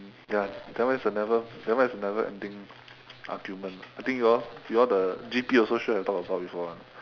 ya that one is a never that one is never ending argument I think you all you all the G_P also sure have talk about before ah